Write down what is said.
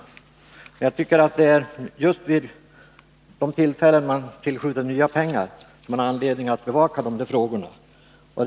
Nr 48 Jag tycker att det är just vid de tillfällen då man tillskjuter nya pengar som Torsdagen den man har anledning att bevaka de här frågorna.